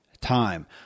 time